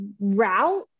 route